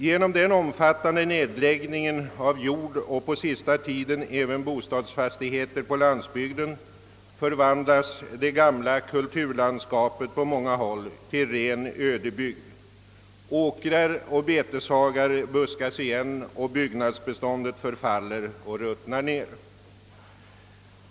Genom den omfattande nedläggningen av jordoch på senaste tiden även bostadsfastigheter på landsbygden förvandlas det gamla kulturlandskapet på många håll till ren ödebygd. Åkrar och beteshagar buskas igen och byggnadsbeståndet förfaller och ruttnar ned.